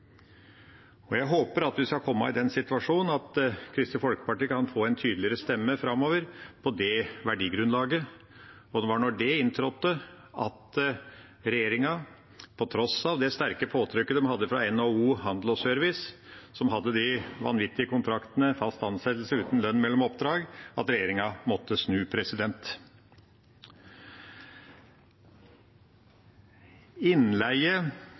familieliv. Jeg håper at vi skal komme i den situasjonen at Kristelig Folkeparti kan få en tydeligere stemme framover på det verdigrunnlaget. Det var da det inntrådte at regjeringa – på tross av det sterke påtrykket de hadde fra NHO Service og Handel, som hadde de vanvittige kontraktene med fast ansettelse uten lønn mellom oppdrag – måtte snu. Innleie